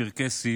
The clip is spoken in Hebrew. צ'רקסי,